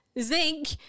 zinc